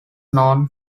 known